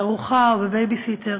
בארוחה או בבייביסיטר,